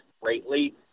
greatly